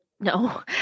No